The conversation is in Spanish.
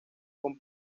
con